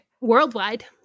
Worldwide